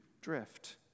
drift